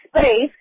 space